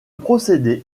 procédé